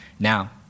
Now